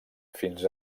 fins